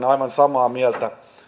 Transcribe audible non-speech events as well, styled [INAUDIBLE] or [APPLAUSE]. [UNINTELLIGIBLE] aivan samaa mieltä